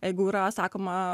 jeigu yra sakoma